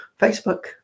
Facebook